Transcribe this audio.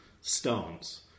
stance